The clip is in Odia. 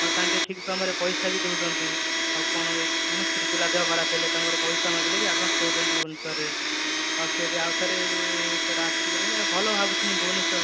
ଆଉ ତାଙ୍କେ ଠିକ୍ ସମୟରେ ପଇସାବି ଦେଉଛନ୍ତି ଆଉ କଣ ମାନେ ସ୍ତ୍ରୀ ପିଲା ଦେହ ଖରାପ ହେଲେ ତାଙ୍କର ପଇସା ମାଗିଲେ ବି ଆଡ଼ଭାନ୍ସ ଦେଉଛନ୍ତି ଭୁବନେଶ୍ୱର ରେ ଆଉ ସେଇଠି ଆଉଥରେ ସେଇଟା ଆସିଗଲେ ଭଲ ଭାବୁଛି ମୁଁ ଭୁବନେଶ୍ୱର